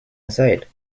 aside